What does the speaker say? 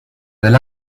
del